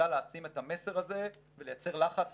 שנועדה להעצים את המסר הזה ולייצר לחץ